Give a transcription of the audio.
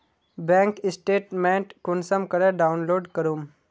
Bank statement कुंसम करे download करूम?